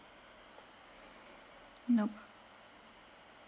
nope